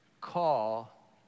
call